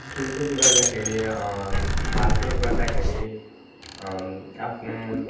खेलकुद गर्दाखेरि भागदौड गर्दाखेरि आफ्नो